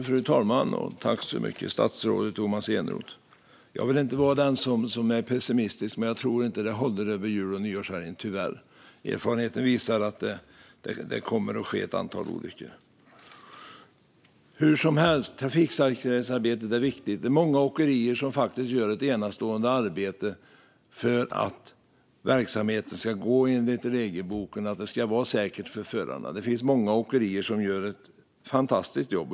Fru talman! Jag tackar statsrådet Tomas Eneroth för detta. Jag vill inte vara den som är pessimistisk, men jag tror tyvärr inte att den siffran håller över jul och nyårshelgerna. Erfarenheterna visar att det kommer att ske ett antal olyckor. Hur som helst är trafiksäkerhetsarbetet viktigt. Många åkerier gör faktiskt ett enastående arbete för att verksamheten ska bedrivas enligt regelboken och att det ska vara säkert för förarna. Det finns många åkerier som gör ett fantastiskt jobb.